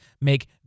make